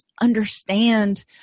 understand